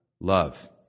Love